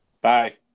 Bye